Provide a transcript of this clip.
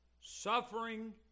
Suffering